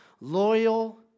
loyal